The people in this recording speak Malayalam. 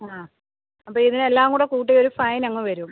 ആ അപ്പോൾ ഇതിന് എല്ലാംകൂടെ കൂട്ടി ഒരു ഫൈൻ അങ്ങ് വരും